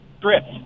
drift